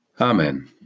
Amen